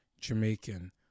Jamaican